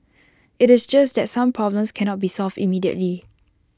IT is just that some problems cannot be solved immediately